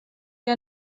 què